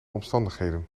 omstandigheden